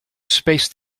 spaced